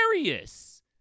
hilarious